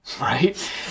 right